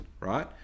right